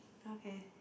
okay